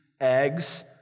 eggs